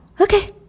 Okay